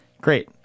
great